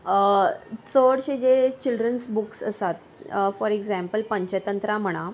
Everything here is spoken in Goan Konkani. चडशे जे चिल्ड्रन्स बुक्स आसात फॉर एग्जांम्पल पंचतंत्र म्हणा